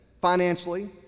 financially